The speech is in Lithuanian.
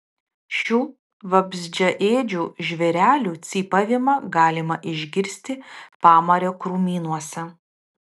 šių vabzdžiaėdžių žvėrelių cypavimą galima išgirsti pamario krūmynuose